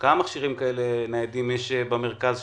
כמה מכשירים ניידים יש במרכז,